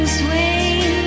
swing